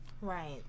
Right